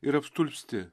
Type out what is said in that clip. ir apstulbsti